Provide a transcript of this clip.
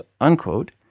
Unquote